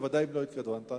בוודאי אם לא התכוונת.